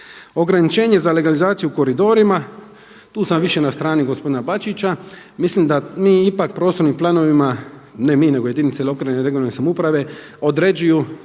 Ograničenje za legalizaciju o koridorima, tu sam više na strani gospodina Bačića, mislim da mi ipak prostornim planovima, ne mi nego jedinice lokalne i regionalne samouprave određuju